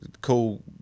cool